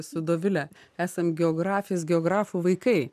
su dovile esam geografijos geografų vaikai